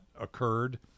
occurred